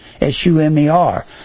S-U-M-E-R